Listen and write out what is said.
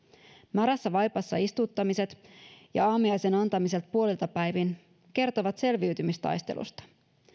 märässä vaipassa istuttamiset ja aamiaisen antamiset puolilta päivin kertovat selviytymistaistelusta